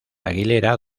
aguilera